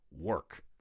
work